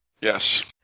Yes